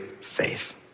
faith